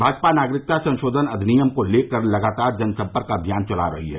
भाजपा नागरिकता संशोधन अधिनियम को लेकर लगातार जन सम्पर्क अभियान चला रही है